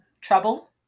Trouble